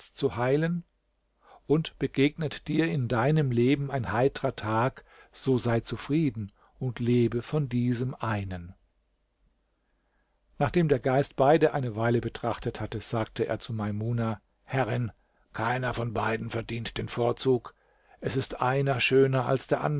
zu heilen und begegnet dir in deinem leben ein heiterer tag so sei zufrieden und lebe von diesem einen nachdem der geist beide eine weile betrachtet hatte sagte er zu maimuna herrin keiner von beiden verdient den vorzug es ist einer schöner als der